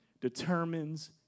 determines